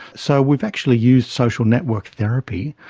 so we've actually used social network therapy,